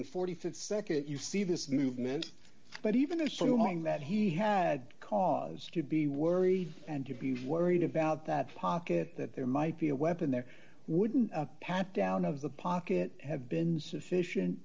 and forty five seconds you see this movement but even assuming that he had cause to be worried and to be worried about that pocket that there might be a weapon there wouldn't a pat down of the pocket have been sufficient